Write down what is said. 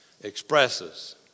expresses